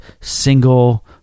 single